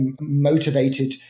motivated